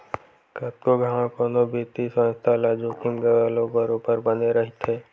कतको घांव कोनो बित्तीय संस्था ल जोखिम घलो बरोबर बने रहिथे